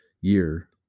year